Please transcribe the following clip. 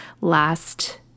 last